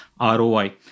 ROI